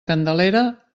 candelera